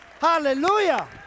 Hallelujah